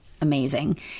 amazing